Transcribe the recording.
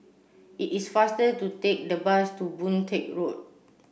it is faster to take the bus to Boon Teck Road